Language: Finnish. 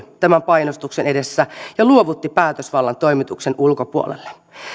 tämän painostuksen edessä ja luovutti päätösvallan toimituksen ulkopuolelle